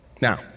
Now